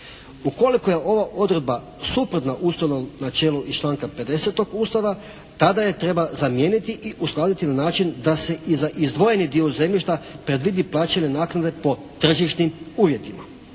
Ukoliko je ova odredba suprotna ustanovom načelu iz članka 50. Ustava tada je treba zamijeniti i uskladiti na način da se i za izdvojeni dio zemljišta predvidi plaćanje naknade po tržišnim uvjetima.